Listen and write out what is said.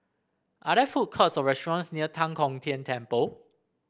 are there food courts or restaurants near Tan Kong Tian Temple